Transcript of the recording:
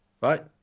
right